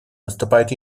выступают